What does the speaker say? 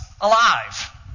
alive